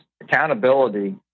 accountability